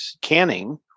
canning